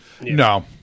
No